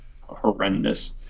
horrendous